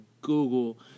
Google